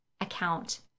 account